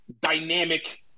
dynamic